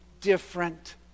different